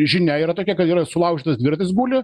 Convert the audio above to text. žinia yra tokia kad yra sulaužytas dviratis guli